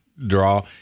draw